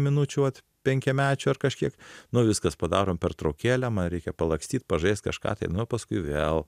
minučių vat penkiamečiu ar kažkiek nu viskas padarom pertraukėlę man reikia palakstyt pažaist kažką tai nu paskui vėl